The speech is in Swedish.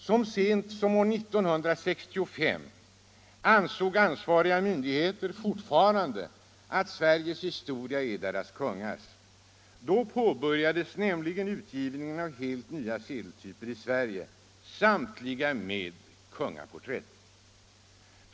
Så sent som 1965 ansåg ansvariga myn digheter fortfarande att Sveriges historia är dess kungars. Då påbörjades nämligen utgivningen av helt nya sedeltyper i Sverige, samtliga med kungaporträtt.